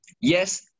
Yes